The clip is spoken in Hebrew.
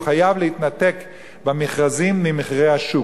והוא חייב להתנתק במכרזים ממחירי השוק.